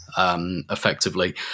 Effectively